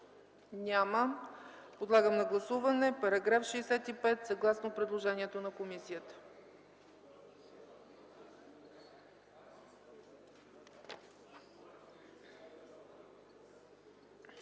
Няма. Подлагам на гласуване § 65, съгласно предложението на комисията.